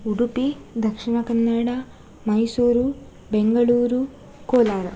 Udupi Dakshina Kannada Mysuru Bengaluru Kolar